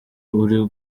uri